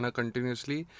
continuously